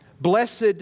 Blessed